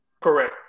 Correct